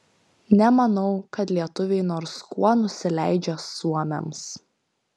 nemanau kad lietuviai nors kuo nusileidžia suomiams